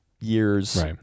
years